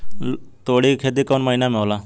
तोड़ी के खेती कउन महीना में होला?